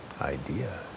idea